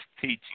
teaching